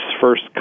first